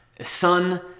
son